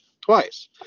twice